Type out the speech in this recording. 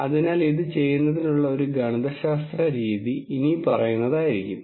അതിനാൽ ഇത് ചെയ്യുന്നതിനുള്ള ഒരു ഗണിതശാസ്ത്ര രീതി ഇനിപ്പറയുന്നതായിരിക്കും